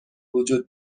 وجود